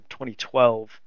2012